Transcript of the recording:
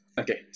okay